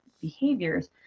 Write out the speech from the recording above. behaviors